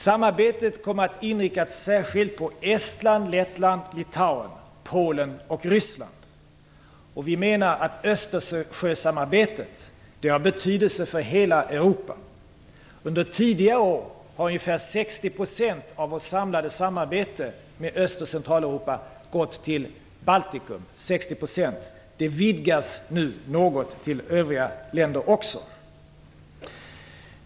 Samarbetet kommer att inriktas särskilt på Estland, Lettland, Litauen, Polen och Ryssland. Vi menar att Östersjösamarbetet har betydelse för hela Europa. Under tidigare år har ungefär 60 % av vårt samlade samarbete med Öst och Centraleuropa gått till Baltikum. Det vidgas nu något till övriga länder också.